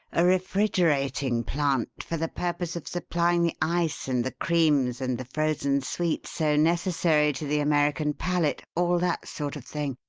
a refrigerating plant for the purpose of supplying the ice and the creams and the frozen sweets so necessary to the american palate all that sort of thing,